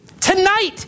tonight